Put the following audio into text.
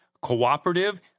Cooperative